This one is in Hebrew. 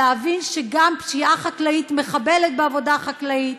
להבין שגם פשיעה חקלאית מחבלת בעבודה החקלאית